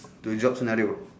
two job scenarios